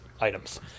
items